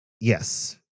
Yes